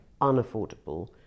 unaffordable